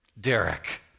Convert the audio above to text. Derek